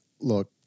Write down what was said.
Look